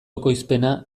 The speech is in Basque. ekoizpena